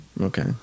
okay